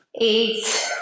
eight